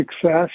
success